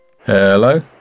Hello